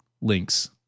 links